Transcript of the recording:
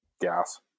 Gas